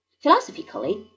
Philosophically